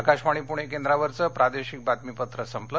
आकाशवाणी पुणे केंद्रावरचं प्रादेशिक बातमीपत्र संपलं